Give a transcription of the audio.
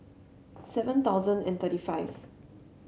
seven thousand and thirty five